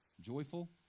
joyful